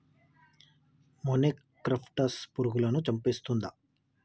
మొనిక్రప్టస్ పురుగులను చంపేస్తుందా?